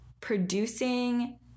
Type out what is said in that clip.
producing